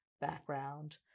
background